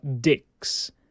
dicks